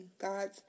God's